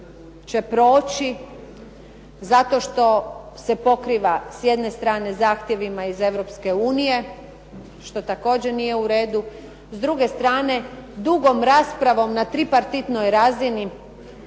će proći zato što se pokriva s jedne strane zahtjevima iz Europske unije, što također nije uredu. S druge strane s dugom raspravom na tripartitnoj razini,